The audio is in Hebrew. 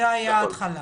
זו הייתה ההתחלה?